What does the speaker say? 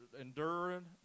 enduring